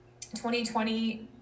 2020